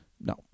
No